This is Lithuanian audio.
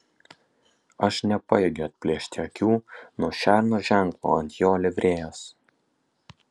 aš nepajėgiu atplėšti akių nuo šerno ženklo ant jo livrėjos